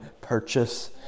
purchase